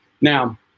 Now